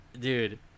dude